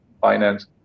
finance